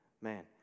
Man